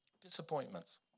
Disappointments